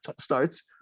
starts